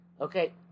okay